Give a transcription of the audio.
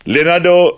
Leonardo